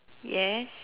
yes